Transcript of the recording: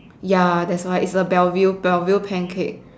ya that's why it's a belville belville pancake